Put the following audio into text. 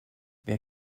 wer